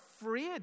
afraid